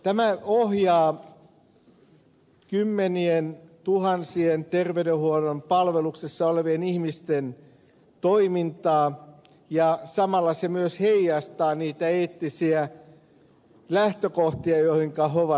tämä ohjaa kymmenientuhansien terveydenhuollon palveluksessa olevien ihmisten toimintaa ja samalla se myös heijastaa niitä eettisiä lähtökohtia joihinka he ovat sitoutuneet